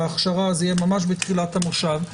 זה יהיה ממש בתחילת המושב,